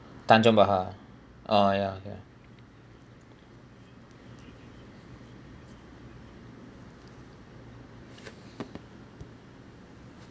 tanjong pagar ah ya ya